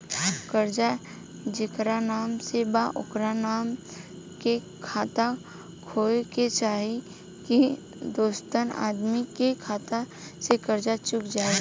कर्जा जेकरा नाम से बा ओकरे नाम के खाता होए के चाही की दोस्रो आदमी के खाता से कर्जा चुक जाइ?